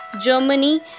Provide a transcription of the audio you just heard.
Germany